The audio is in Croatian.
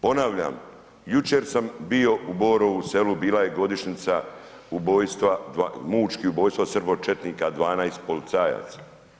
Ponavljam, jučer sam bio u Borovu Selu, bila je godišnjica ubojstva, mučki ubojstva srbočetnika 12 policajaca.